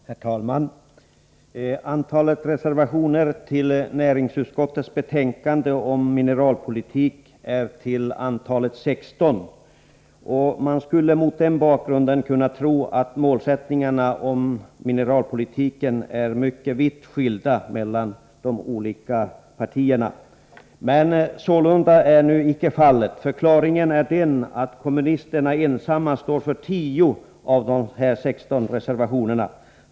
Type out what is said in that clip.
Herr talman! Antalet reservationer till näringsutskottets betänkande om mineralpolitiken är 16. Man skulle mot den bakgrunden kunna tro att de olika partiernas målsättningar vad gäller mineralpolitiken är mycket vitt skilda. Men så är nu icke fallet. Förklaringen är den att kommunisterna ensamma står för 10 av dessa 16 reservationer.